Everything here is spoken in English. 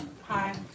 Hi